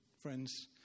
Friends